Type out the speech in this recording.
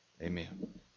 Amen